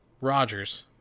rogers